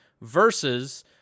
versus